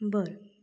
बरं